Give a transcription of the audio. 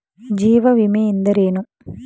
ಜೀವ ವಿಮೆ ಎಂದರೇನು?